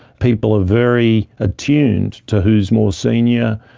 people are very attuned to who is more senior,